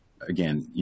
Again